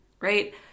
right